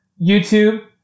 youtube